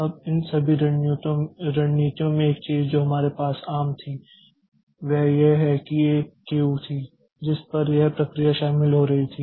अब इन सभी रणनीतियों में एक चीज़ जो हमारे पास आम थी वह यह है कि एक ही क्यू थी जिस पर यह प्रक्रिया शामिल हो रही थी